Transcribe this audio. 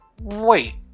Wait